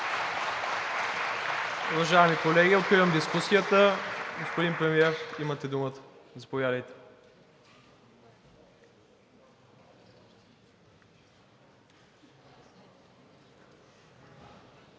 Продължаваме, колеги. Откривам дискусията. Господин Премиер, имате думата. Заповядайте.